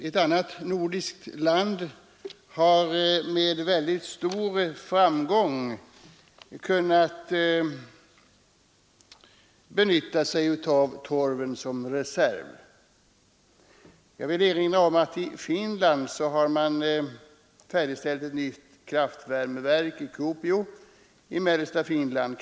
Ett annat nordiskt land har med mycket stor framgång kunnat använda sig av torven som reserv. Jag vill erinra om att man har färdigställt ett nytt kraftvärmeverk i Kuopio i mellersta Finland.